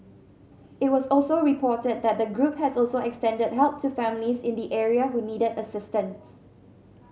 it was also reported that the group has also extended help to families in the area who needed assistance